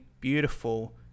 beautiful